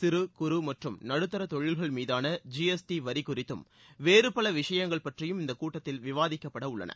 சிறு குறு மற்றும் நடுத்தர தொழில்கள் மீதான ஜி எஸ் டி வரி குறித்தும் வேறு பல விஷயங்கள் பற்றியும் இந்த கூட்டத்தில் விவாதிக்கப்பட உள்ளன